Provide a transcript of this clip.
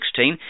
2016